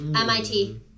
MIT